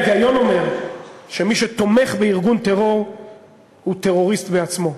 ההיגיון אומר שמי שתומך בארגון טרור הוא טרוריסט בעצמו.